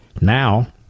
now